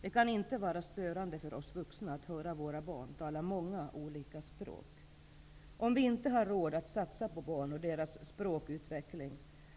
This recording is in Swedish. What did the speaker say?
Det kan inte vara störande för oss vuxna att höra våra barn tala många olika språk. Om vi inte har råd att satsa på barn och deras språkutveckling,